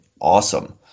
awesome